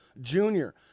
Junior